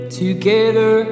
together